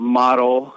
model